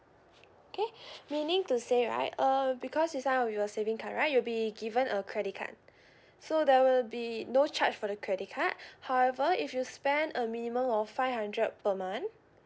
okay meaning to say right uh because this time with you saving card right you'll be given a credit card so there will be no charge for the credit card however if you spend a minimum of five hundred per month